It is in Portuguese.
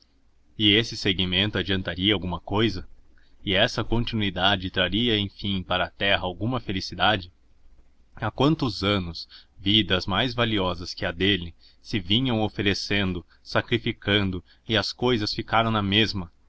e esse seguimento adiantaria alguma coisa e essa continuidade traria enfim para a terra alguma felicidade há quantos anos vidas mais valiosas que a dele se vinham oferecendo sacrificando e as cousas ficaram na mesma